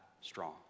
strong